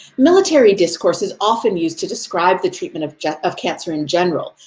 military discourse is often used to describe the treatment of of cancer in general,